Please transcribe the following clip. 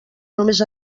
només